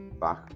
back